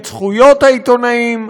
את זכויות העיתונאים,